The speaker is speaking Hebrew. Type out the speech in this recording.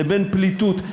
לבין פליטות.